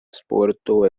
sporto